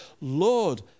Lord